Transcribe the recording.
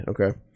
Okay